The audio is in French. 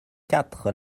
quatre